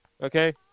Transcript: Okay